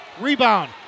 Rebound